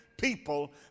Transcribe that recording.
people